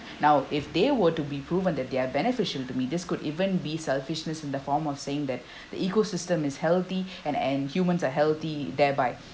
now if they were to be proven that they're beneficial to me this could even be selfishness in the form of saying that the ecosystem is healthy and and humans are healthy thereby